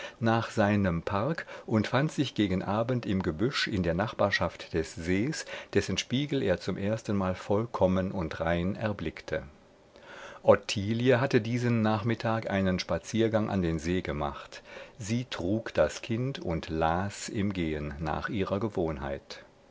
nach seinem park und fand sich gegen abend im gebüsch in der nachbarschaft des sees dessen spiegel er zum erstenmal vollkommen und rein erblickte ottilie hatte diesen nachmittag einen spaziergang an den see gemacht sie trug das kind und las im gehen nach ihrer gewohnheit